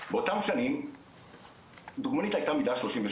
באותם שנים הדוגמנית הייתה מידה 38,